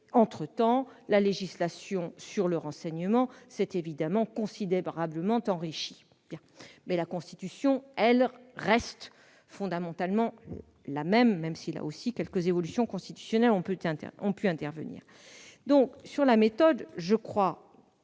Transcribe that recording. Entre-temps, la législation sur le renseignement s'est évidemment considérablement enrichie. Mais la Constitution, elle, reste fondamentalement la même, même si, là aussi, quelques évolutions ont pu intervenir. S'agissant de la méthode, donc,